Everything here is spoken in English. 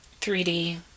3D